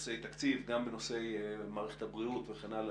בנושא התקציב וגם בנושא מערכת הבריאות וכן הלאה,